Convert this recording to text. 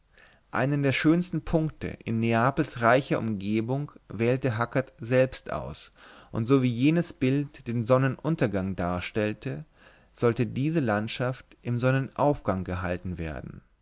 einen der schönsten punkte in neapels reicher umgebung wählte hackert selbst aus und so wie jenes bild den sonnenuntergang darstellte sollte diese landschaft im sonnenaufgang gehalten werden